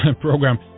program